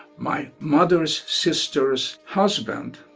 my mother's sister's husband,